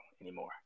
anymore